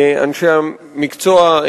אנשי המקצוע,